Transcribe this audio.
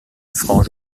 frange